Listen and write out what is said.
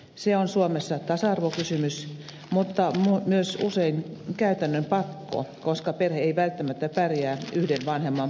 se on suomessa tasa arvokysymys mutta myös usein käytännön pakko koska perhe ei välttämättä pärjää yhden vanhemman palkalla